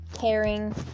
caring